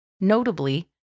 notably